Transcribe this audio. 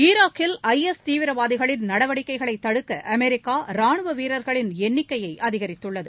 ஈராக்கில் தீவிரவாதிகளின் நடவடிக்கைகளைதடுக்கஅமெரிக்காராணுவவீரர்களின் ஐஎஸ் எண்ணிக்கைஅதிகரித்துள்ளது